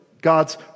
God's